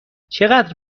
چقدر